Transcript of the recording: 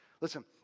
Listen